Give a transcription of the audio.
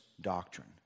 doctrine